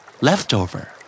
Leftover